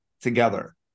together